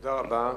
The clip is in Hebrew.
תודה רבה.